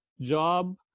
job